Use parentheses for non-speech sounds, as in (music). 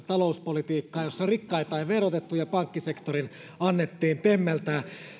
(unintelligible) talouspolitiikkaa jossa rikkaita ei verotettu ja pankkisektorin annettiin temmeltää